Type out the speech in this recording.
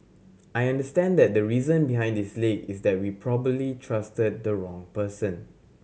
I understand that the reason behind this leak is that we probably trusted the wrong person